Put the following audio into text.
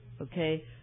okay